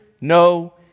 no